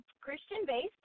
Christian-based